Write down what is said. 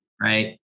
right